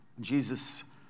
Jesus